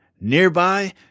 Nearby